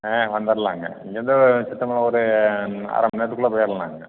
ஆ வந்துர்லாங்க இங்கேருந்து சித்தம்பலம் ஒரு அரை மணிநேரத்துக்குள்ள போயிர்லாங்க